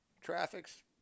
traffic's